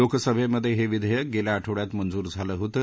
लोकसभेमध्ये हे विधेयक गेल्या आठवड्यात मंजुर झालं होतं